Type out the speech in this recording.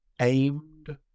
aimed